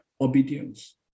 obedience